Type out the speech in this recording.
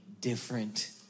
different